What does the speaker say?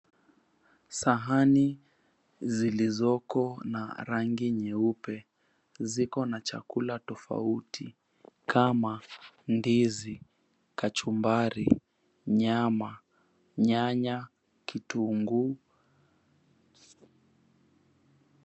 Sahani zilizoko na rangi nyeupe ziko na chakula tofauti kama ndizi, kachumbari, nyama, nyanya, kitunguu.